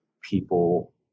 people